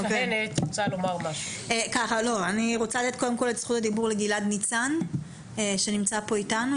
אני רוצה לתת את זכות הדיבור לגלעד ניצן שנמצא פה איתנו.